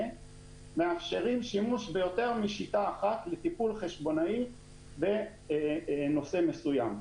מאפשרים שימוש ביותר משיטה אחת לטיפול חשבונאי בנושא מסוים.